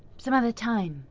some other time,